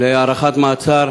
להארכת מעצר.